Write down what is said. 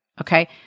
okay